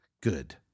good